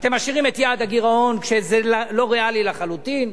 אתם משאירים את יעד הגירעון כשזה לא ריאלי לחלוטין.